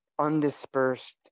undispersed